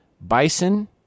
Bison